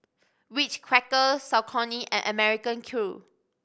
Ritz Crackers Saucony and American Crew